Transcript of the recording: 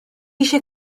eisiau